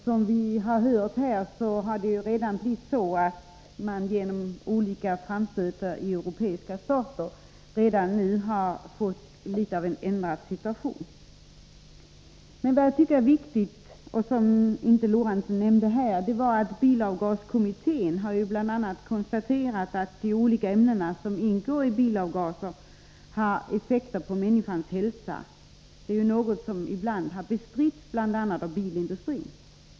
Som vi har hört här har vi genom olika framstötar i europeiska stater redan nu fått något ändrade förutsättningar. Men vad jag tycker är viktigt och som Sven Eric Lorentzon inte nämnde var att bilavgaskommittén bl.a. har konstaterat att de olika ämnen som ingår i bilavgaser har effekter på människans hälsa — det är ju något som ibland har bestritts, bl.a. av bilindustrin.